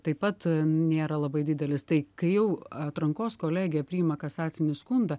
taip pat nėra labai didelis tai kai jau atrankos kolegija priima kasacinį skundą